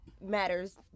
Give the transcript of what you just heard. matters